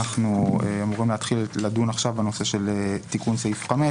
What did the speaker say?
אנחנו אמורים להתחיל לדון בנושא של תיקון סעיף 5,